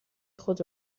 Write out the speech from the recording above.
خود